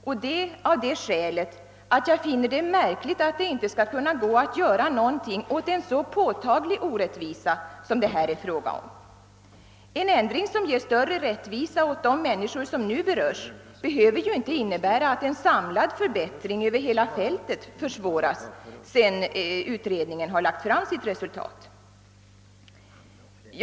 Jag finner det nämligen märkligt att det inte skall gå att göra något åt en så påtaglig orättvisa som det här är fråga om. En ändring i automobilskatteförordningen som ger större rättvisa åt de människor som nu beröres behöver ju inte innebära att en samlad förbättring över hela fältet försvåras sedan utredningen lagt fram sitt betänkande.